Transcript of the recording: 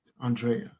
Andrea